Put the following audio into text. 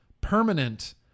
permanent